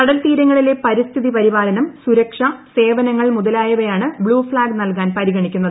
കടൽത്തീരങ്ങളിലെ പരിസ്ഥിതി പരിപാലനം സുരക്ഷ സേവനങ്ങൾ മുതലായവയാണ് ബ്ലൂ ഫ്ളാഗ് നൽകാൻ പരിഗണിക്കുന്നത്